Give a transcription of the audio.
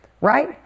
Right